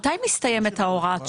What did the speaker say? מתי מסתיימת הוראת השעה?